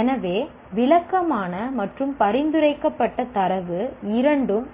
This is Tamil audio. எனவே விளக்கமான மற்றும் பரிந்துரைக்கப்பட்ட தரவு இரண்டும்